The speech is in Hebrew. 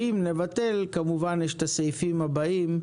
אם נבטל אז כמובן יש את הסעיפים הבאים,